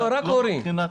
רק הורים.